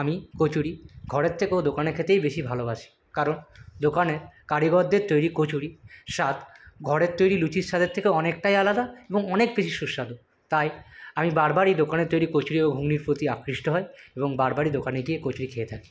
আমি কচুরি ঘরের থেকেও দোকানে খেতেই বেশি ভালোবাসি কারণ দোকানের কারিগরদের তৈরি কচুরি স্বাদ ঘরের তৈরি লুচির স্বাদের থেকেও অনেকটাই আলাদা এবং অনেক বেশি সুস্বাদু তাই আমি বারবার এই দোকানের তৈরি কচুরি ও ঘুগনির প্রতি আকৃষ্ট হই এবং বারবারই দোকানে গিয়ে কচুরি খেয়ে থাকি